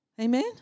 Amen